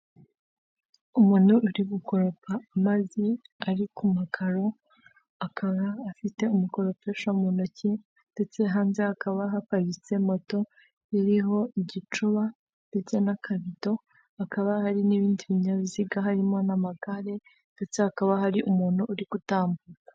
Umuntu uri gukoropa amazi ari ku makaro akaba afite umukoropesho mu ntoki ndetse hanze hakaba haparitse moto iriho igicuba ndetse n'akabido, hakaba hari n'ibindi binyabiziga harimo n'amagare ndetse hakaba hari umuntu uri gutambuka.